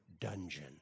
dungeon